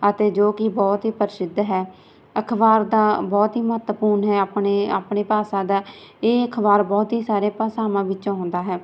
ਅਤੇ ਜੋ ਕਿ ਬਹੁਤ ਹੀ ਪ੍ਰਸਿੱਧ ਹੈ ਅਖ਼ਬਾਰ ਦਾ ਬਹੁਤ ਹੀ ਮਹੱਤਵਪੂਰਨ ਹੈ ਆਪਣੇ ਆਪਣੇ ਭਾਸ਼ਾ ਦਾ ਇਹ ਅਖ਼ਬਾਰ ਬਹੁਤ ਹੀ ਸਾਰੇ ਭਾਸ਼ਾਵਾਂ ਵਿੱਚੋਂ ਹੁੰਦਾ ਹੈ ਅਖ਼ਬਾਰ